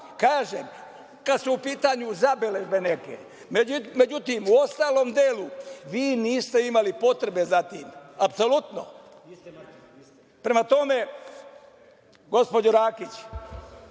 kažem, kada su u pitanju zabeležbe neke, međutim, u ostalom delu vi niste imali potrebe za tim, apsolutno. Prema tome, gospođo Rakić,